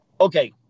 Okay